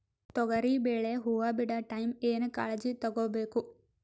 ತೊಗರಿಬೇಳೆ ಹೊವ ಬಿಡ ಟೈಮ್ ಏನ ಕಾಳಜಿ ತಗೋಬೇಕು?